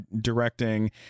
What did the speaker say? directing